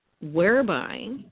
whereby